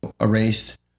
erased